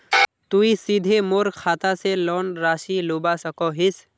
तुई सीधे मोर खाता से लोन राशि लुबा सकोहिस?